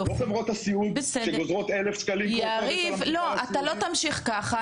לא חברות הסיעוד שגוזרות 1,000 שקלים כל חודש על המטופל הסיעודי.